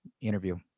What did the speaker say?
interview